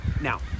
Now